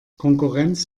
konkurrenz